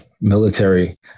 military